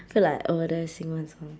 I feel like over there sing one song